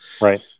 Right